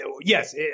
yes